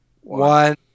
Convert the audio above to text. one